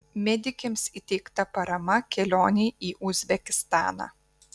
medikėms įteikta parama kelionei į uzbekistaną